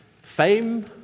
fame